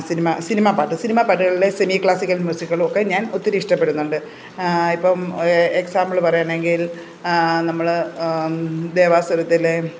cinema സിനിമപ്പാട്ട് cinema പാട്ടുകളിൽ semiclassical മ്യൂസിക്കുകളും ഒക്കെ ഞാൻ ഒത്തിരി ഇഷ്ടപ്പെടുന്നുണ്ട് ഇപ്പം എക്സാമ്പിൾ പറയുകയാണെങ്കിൽ നമ്മൾ ദേവാസുരത്തിലെ